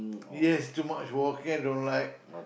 yes too much walking I don't like